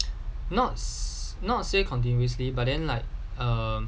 not not say continuously but then like um